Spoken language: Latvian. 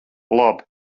labi